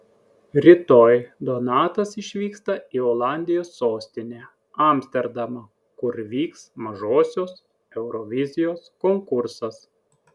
rytoj donatas išvyksta į olandijos sostinę amsterdamą kur vyks mažosios eurovizijos konkursas